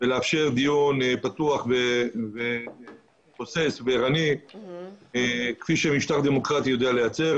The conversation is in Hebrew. ולאפשר דיון פתוח כפי שמשטר דמוקרטי יודע לייצר,